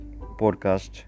podcast